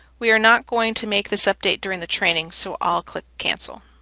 we are not going to make this update during the training, so i'll click cancel.